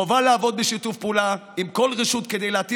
חובה לעבוד בשיתוף פעולה עם כל רשות כדי להתאים